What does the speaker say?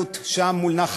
פסטורליות שם, מול נחל-עוז,